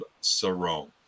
Sarong